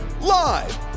Live